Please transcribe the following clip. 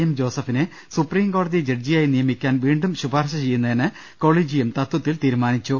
M ജോസഫിനെ സുപ്രീംകോടതി ജഡ്ജിയായി നിയമിക്കാൻ വീണ്ടും ശുപാർശ ചെയ്യുന്ന തിന് കൊളീജിയം ത്ത്വത്തിൽ തീരുമാനിച്ചു